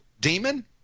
demon